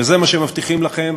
וזה מה שמבטיחים לכם